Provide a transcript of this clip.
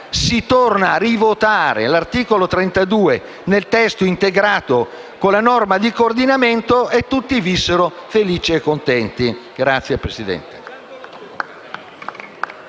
Si torna a votare l'articolo 32 nel testo integrato con la norma di coordinamento e tutti vissero felici e contenti. *(Applausi dei